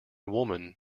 woman